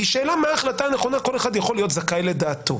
כי שאלה מה ההחלטה הנכונה כל אחד יכול להיות זכאי לדעתו,